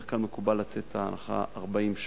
בדרך כלל מקובל לתת את ההנחה ב-40 שעות.